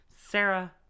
Sarah